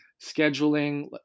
scheduling